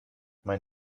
mein